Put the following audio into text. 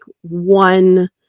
one